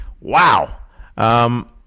Wow